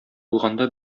булганда